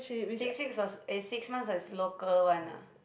six six was eh six month as local one ah